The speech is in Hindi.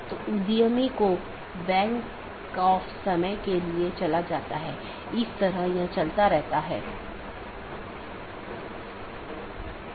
तो ये वे रास्ते हैं जिन्हें परिभाषित किया जा सकता है और विभिन्न नेटवर्क के लिए अगला राउटर क्या है और पथों को परिभाषित किया जा सकता है